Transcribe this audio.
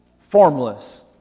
formless